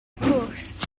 fws